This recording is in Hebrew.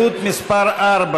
של חברי הכנסת יצחק הרצוג,